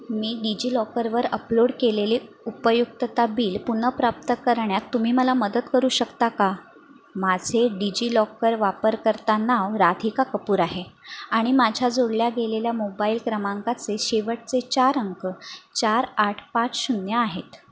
मी डिजि लॉकरवर अपलोड केलेले उपयुक्तता बिल पुनर्प्राप्त करण्यात तुम्ही मला मदत करू शकता का माझे डिजि लॉकर वापरकर्ता नाव राधिका कपूर आहे आणि माझ्या जोडल्या गेलेल्या मोबाईल क्रमांकाचे शेवटचे चार अंक चार आठ पाच शून्य आहेत